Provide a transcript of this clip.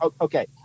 okay